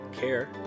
care